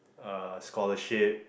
uh scholarship